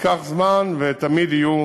ייקח זמן, ותמיד יהיו